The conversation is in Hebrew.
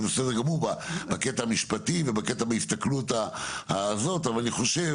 זה בסדר גמור הקטע המשפטי ובקטע מהסתכלות הזאת אבל אני חושב